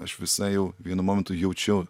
aš visai jau vienu momentu jaučiau